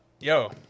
Yo